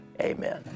Amen